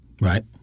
Right